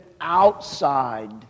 outside